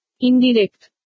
Indirect